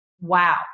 wow